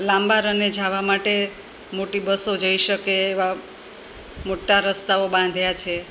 લાંબા રને જવા માટે મોટી બસો જઈ શકે એવા મોટા રસ્તાઓ બાંધ્યા છે